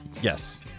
Yes